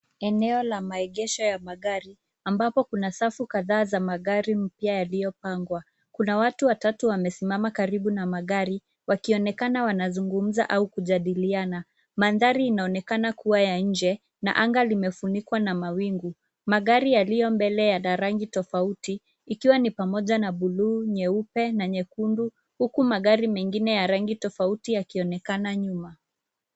Eneo la maegesho ya magri ambapo kuna safu kadhaa za gari mpya yaliyopangwa. Kuna watu watatu wamesimama karibu na magari wakionekana wanazungumza au kujadiliana. Mandhari inaonekana kuwa ya nje na anga limefunikwa na mawingu. Magari yaliyo mbele yana rangi tofauti ikiwa ni pamoja na bluu, nyeupe na nyekundu huku magari mengine ya rangi tofauti yakionekana nyuma.